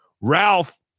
Ralph